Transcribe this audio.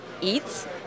eats